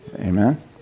Amen